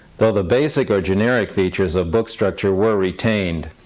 though the basic or generic features of book structure were retained,